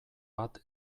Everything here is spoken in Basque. bat